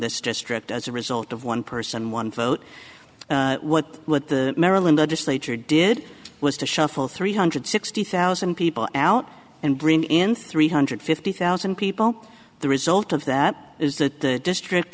this district as a result of one person one vote what would the maryland legislature did was to shuffle three hundred sixty thousand people out and bring in three hundred fifty thousand people the result of that is that the district